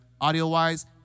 audio-wise